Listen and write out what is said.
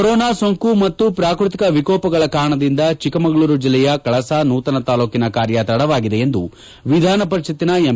corona ಸೋಂಕು ಮತ್ತು ಪ್ರಾಕೃತಿಕ ವಿಕೋಪಗಳ ಕಾರಣದಿಂದ ಚಿಕ್ಕಮಗಳೂರು ಜಿಲ್ಲೆಯ ಕಳಸಾ ನೂತನ ತಾಲೂಕಿನ ಕಾರ್ಯ ತಡವಾಗಿದೆ ಎಂದು ವಿಧಾನಪರಿಷತ್ತಿನ ಎಂ